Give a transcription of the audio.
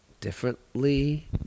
differently